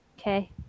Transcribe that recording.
Okay